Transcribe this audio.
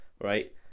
right